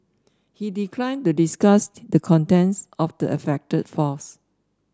he declined to discuss the contents of the affected files